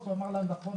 הוא אמר לה: נכון,